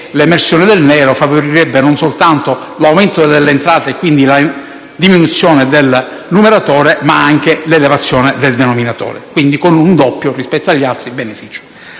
l'emersione del nero favorirebbe non soltanto l'aumento delle entrate, quindi la diminuzione del numeratore, ma anche l'innalzamento del denominatore, dunque con un doppio beneficio rispetto agli altri.